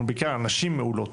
ובעיקר נשים מעולות,